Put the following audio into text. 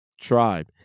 tribe